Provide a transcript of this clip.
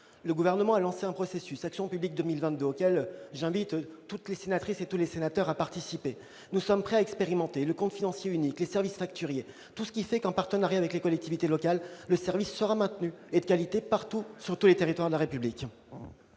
Le Gouvernement a lancé le programme Action publique 2022, auquel j'invite toutes les sénatrices et tous les sénateurs à participer. Nous sommes prêts à expérimenter le compte financier unique, les services facturiers, tout ce qui permettra, en partenariat avec les collectivités locales, de maintenir un service de qualité sur tous les territoires de la République.